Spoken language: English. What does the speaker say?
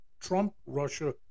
Trump-Russia